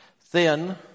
thin